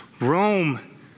Rome